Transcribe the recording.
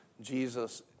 Jesus